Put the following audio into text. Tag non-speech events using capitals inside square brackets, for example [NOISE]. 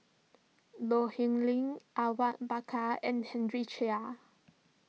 Low [UNINTELLIGIBLE] Ling Awang Bakar and Henry Chia